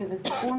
זהו סיכון,